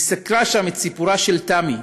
היא סיקרה שם את סיפורה של "תמי",